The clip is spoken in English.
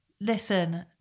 Listen